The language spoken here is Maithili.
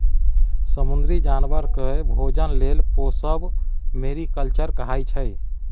समुद्री जानबर केँ भोजन लेल पोसब मेरीकल्चर कहाइ छै